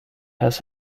has